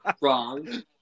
Wrong